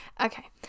Okay